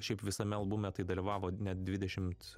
šiaip visame albume tai dalyvavo net dvidešimt